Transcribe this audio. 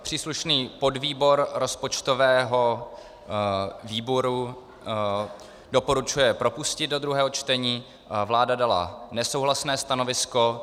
Příslušný podvýbor rozpočtového výboru doporučuje propustit do druhého čtení a vláda dala nesouhlasné stanovisko.